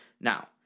Now